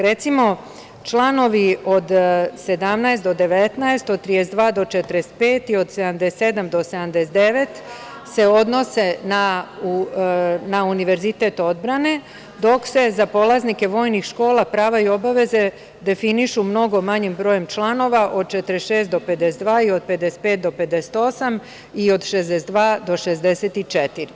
Recimo, članovi od 17. do 19, od 32. do 45. i 77. do 79. odnose se na Univerzitet odbrane, dok se za polaznike vojnih škola prava i obaveze definišu mnogo manjim brojem članova, od 46. do 52. i od 55. do 58. i od 62. do 64.